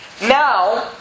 Now